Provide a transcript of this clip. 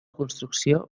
construcció